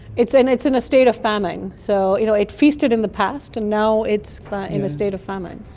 it's in it's in a state of famine. so you know it feasted in the past and now it's in a state of famine.